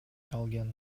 калган